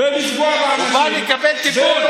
ולפגוע באנשים, הוא בא לקבל טיפול.